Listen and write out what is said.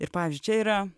ir pavyzdžiui čia yra